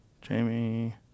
Jamie